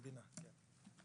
טוב.